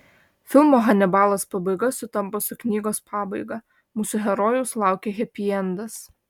filmo hanibalas pabaiga sutampa su knygos pabaiga mūsų herojaus laukia hepiendas